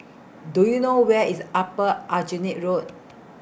Do YOU know Where IS Upper Aljunied Road